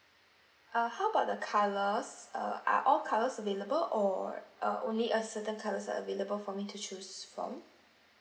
uh how about the colours uh are all colours available or uh only uh certain colours are available for me to choose from